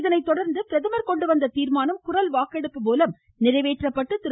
இதனைத்தொடர்ந்து பிரதமர் கொண்டுவந்த தீர்மானம் குரல் வாக்கெடுப்பு மூலம் நிறைவேற்றப்பட்டு திரு